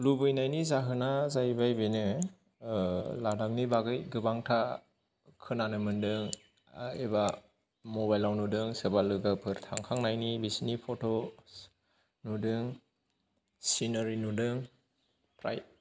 लुबैनायनि जाहोना जाहैबाय बेनो लादाखनि बागै गोबांथा खोनानो मोनदों एबा मबाइलाव नुदों सोरबा लोगोफोर थांखांनायनि बिसोरनि फत'स नुदों सिनारि नुदों प्राय